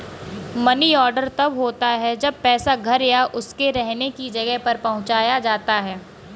money order तब होता है जब पैसा घर या उसके रहने की जगह पर पहुंचाया जाता है